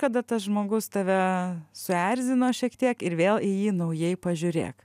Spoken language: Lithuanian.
kada tas žmogus tave suerzino šiek tiek ir vėl į jį naujai pažiūrėk